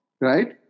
right